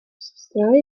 сестра